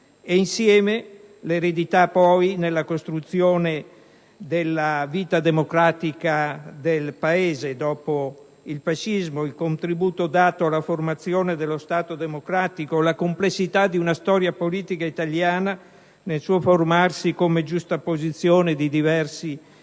insieme, l'eredità nella costruzione della vita democratica del Paese dopo il fascismo, il contributo dato alla formazione dello Stato democratico, la complessità di una storia politica italiana nel suo formarsi come giustapposizione di diversi